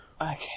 Okay